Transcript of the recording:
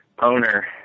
owner